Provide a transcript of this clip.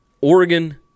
Oregon